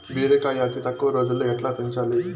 బీరకాయ అతి తక్కువ రోజుల్లో ఎట్లా పెంచాలి?